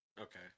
Okay